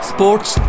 Sports